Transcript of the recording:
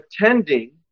attending